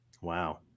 Wow